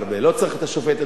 לא צריך את הוועדה שלו.